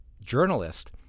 journalist